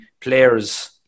players